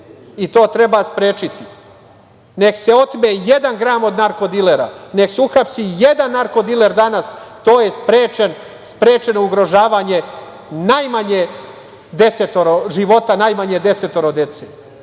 i to treba sprečiti. Nek se otme jedan gram od narko-dilera, nek se uhapsi jedan narko-diler danas, to je sprečeno ugrožavanje najmanje desetoro života, najmanje desetoro dece. Zato